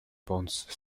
ponce